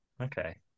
Okay